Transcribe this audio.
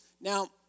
Now